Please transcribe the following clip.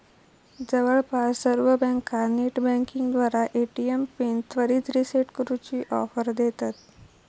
जवळपास सर्व बँका नेटबँकिंगद्वारा ए.टी.एम पिन त्वरित रीसेट करूची ऑफर देतत